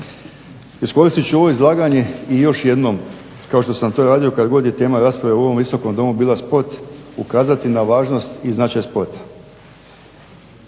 Iskoristit ću ovo izlaganje i još jednom kao što sam to radio kad god je tema rasprave u ovom Visokom domu bila sport ukazati na važnost i značaj sporta.